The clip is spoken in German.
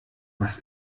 was